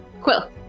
Quill